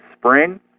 spring